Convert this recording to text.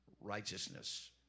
righteousness